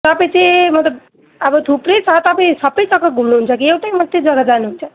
तपाईँ चाहिँ मतलब अब थुप्रै छ तपाईँ सबै जग्गा घुम्नुहुन्छ कि एउटै मात्रै जग्गा जानुहुन्छ